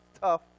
tough